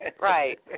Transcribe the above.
right